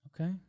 Okay